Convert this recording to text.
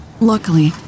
Luckily